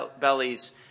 bellies